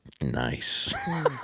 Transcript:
Nice